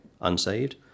unsaved